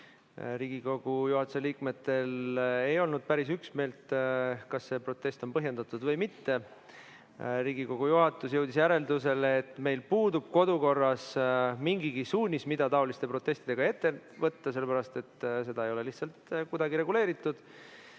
Riigikogu juhatuse liikmetel ei olnud päris üksmeelt, kas see protest on põhjendatud või mitte. Riigikogu juhatus jõudis järeldusele, et meil puudub kodukorras mingigi suunis, mida taoliste protestidega ette võtta, sellepärast et seda ei ole lihtsalt kuidagi reguleeritud.